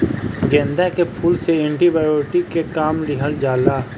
गेंदा के फूल से एंटी बायोटिक के काम लिहल जाला